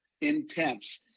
intense